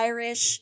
Irish